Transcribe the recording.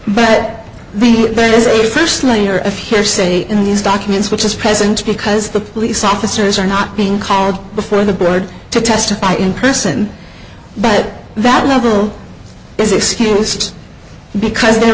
that the thing is a first layer of hearsay in these documents which is present because the police officers are not being card before the board to testify in person but that level is excused because the